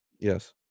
Yes